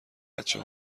بچه